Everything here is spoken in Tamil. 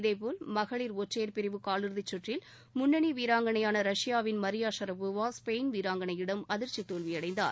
இதேபோல் மகளிர் ஒற்றையர் பிரிவு காலிறுதி சுற்றில் முன்னணி வீராங்கனையான ரஷ்யாவின் மரியா ஷரபோவா ஸ்பெயின் வீராங்கனையிடம் அதிர்ச்சி தோல்வியடைந்தார்